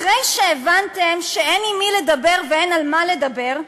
אחרי שהבנתם שאין עם מי לדבר ואין על מה לדבר,